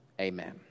amen